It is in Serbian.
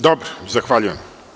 Dobro, zahvaljujem.